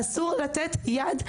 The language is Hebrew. אסור לתת יד.